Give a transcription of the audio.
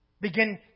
Begin